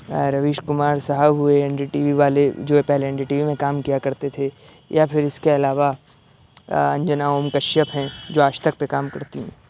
روش کمار صاحب ہوئے این ڈی ٹی وی والے جو پہلے این ڈی ٹی وی میں کام کیا کرتے تھے یا پھر اس کے علاوہ انجنا اوم کشیپ ہیں جو آج تک پہ کام کرتی ہیں